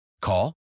Call